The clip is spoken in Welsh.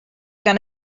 gan